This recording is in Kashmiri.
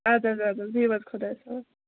اَدٕ حظ اَدٕ حظ بِہِو حظ خدایَس حَوال